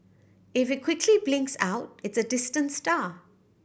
if it quickly blinks out it's a distant star